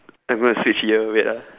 I'm going to switch ear wait ah